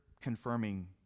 confirming